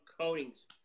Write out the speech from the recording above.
coatings